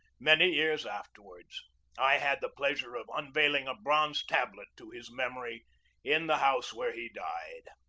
many years afterward i had the pleasure of unveiling a bronze tablet to his memory in the house where he died.